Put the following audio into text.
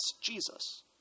Jesus